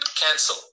Cancel